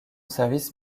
service